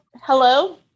Hello